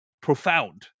profound